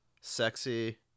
sexy